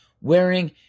wearing